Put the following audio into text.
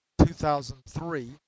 2003